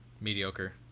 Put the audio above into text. Mediocre